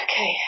Okay